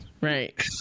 right